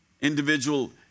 individual